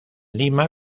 lima